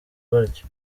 batyo